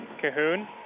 Cahoon